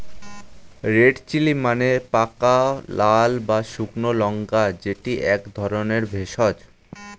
red chilli মানে পাকা লাল বা শুকনো লঙ্কা যেটি এক ধরণের ভেষজ